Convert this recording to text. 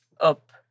up